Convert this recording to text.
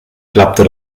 klappte